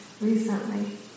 recently